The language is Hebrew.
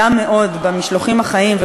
עוברים במסעות האלה שמכונים המשלוחים החיים.